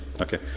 Okay